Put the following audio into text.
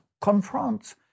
confront